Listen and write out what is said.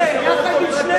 היושב-ראש,